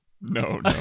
no